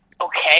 okay